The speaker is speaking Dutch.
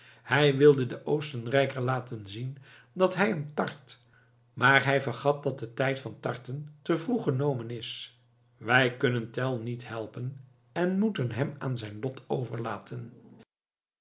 hij wilde den oostenrijker laten zien dat hij hem tart maar hij vergat dat de tijd van tarten te vroeg genomen is wij kunnen tell niet helpen en moeten hem aan zijn lot overlaten